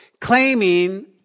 claiming